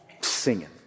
singing